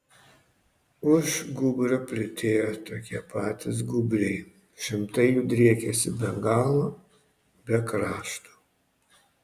už gūbrio plytėjo tokie patys gūbriai šimtai jų driekėsi be galo be krašto